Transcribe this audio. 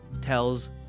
tells